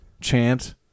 chant